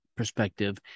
Perspective